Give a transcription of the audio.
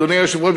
אדוני היושב-ראש,